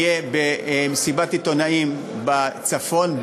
אנחנו נהיה במסיבת עיתונאים בצפון,